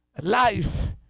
life